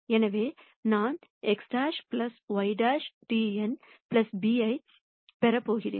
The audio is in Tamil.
எனவே நான் X ' Y'T n b ஐப் பெறப் போகிறேன்